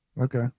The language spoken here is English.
okay